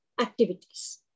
activities